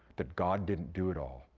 that god didn't do it all,